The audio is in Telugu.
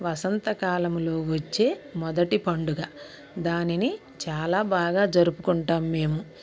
వసంత కాలములో వచ్చే మొదటి పండుగ దానిని చాలా బాగా జరుపుకుంటాం మేము